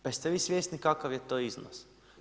Pa jeste vi svjesni kakav je to iznos?